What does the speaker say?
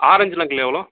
ஆரஞ்சுலாம் kilo எவ்வளோ